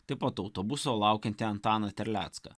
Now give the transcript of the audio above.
taip pat autobuso laukiantį antaną terlecką